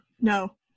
No